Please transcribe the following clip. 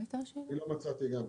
אני לא מצאתי גם.